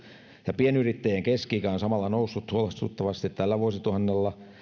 ja pienyrittäjien keski ikä on samalla noussut huolestuttavasti tällä vuosituhannella